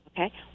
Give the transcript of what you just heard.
Okay